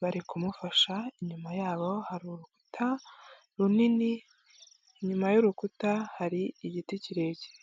bari kumufasha, inyuma yabo hari urukuta runini, inyuma y'urukuta hari igiti kirekire.